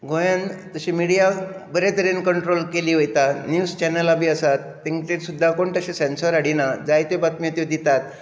गोंयांत तशी मिडिया बरे तरेन कंट्रोल केली वयता न्यूज चॅनलां बी आसात तांचेर सुद्दां कोण तशे सँसर हाडिना जायत्यो बातम्यो ते दितात